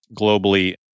globally